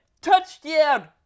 Touchdown